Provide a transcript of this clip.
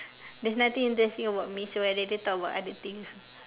there's nothing interesting about me so I will rather talk about other things